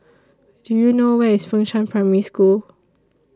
Do YOU know Where IS Fengshan Primary School